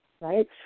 right